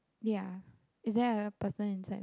ya is there like a person inside there